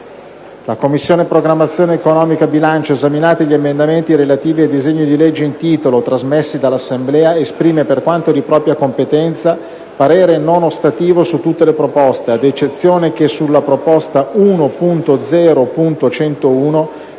«La Commissione programmazione economica, bilancio, esaminati gli emendamenti relativi al disegno di legge in titolo, trasmessi dall'Assemblea, esprime, per quanto di propria competenza, parere non ostativo su tutte le proposte, ad eccezione che sulla proposta 1.0.101,